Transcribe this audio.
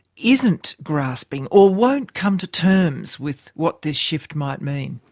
isn't grasping or won't come to terms with what this shift might mean.